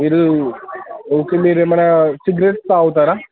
మీరు ఓకే మీరు ఏమైనా సిగరెట్స్ త్రాగుతారా